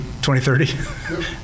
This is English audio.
2030